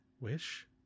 Wish